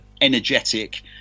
energetic